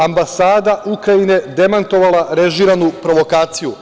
Ambasada Ukrajine demantovala režiranu provokaciju.